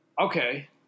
Okay